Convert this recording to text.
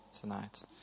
tonight